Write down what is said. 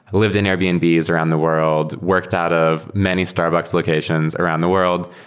lived in airbnb's around the world, worked out of many starbucks locations around the world,